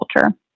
culture